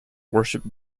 worshiped